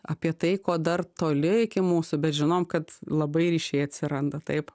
apie tai ko dar toli iki mūsų bet žinom kad labai ryšiai atsiranda taip